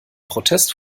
protest